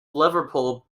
liverpool